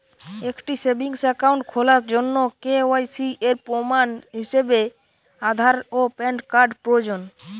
একটি savings account খোলার জন্য কে.ওয়াই.সি এর প্রমাণ হিসাবে আধার ও প্যান কার্ড প্রয়োজন